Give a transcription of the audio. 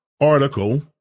article